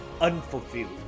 unfulfilled